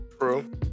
True